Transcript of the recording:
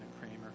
Kramer